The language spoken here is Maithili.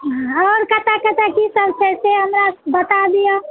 और कतऽ कतऽ की सब छै से हमरा बता दिअ